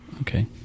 Okay